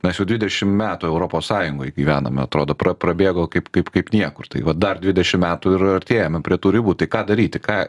mes jau dvidešimt metų europos sąjungoj gyvename atrodo prabėgo kaip kaip kaip niekur tai va dar dvidešimt metų ir artėjame prie tų ribų tai ką daryti ką